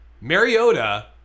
Mariota